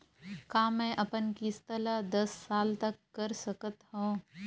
का मैं अपन किस्त ला दस साल तक कर सकत हव?